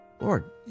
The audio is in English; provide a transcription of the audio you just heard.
Lord